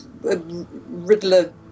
riddler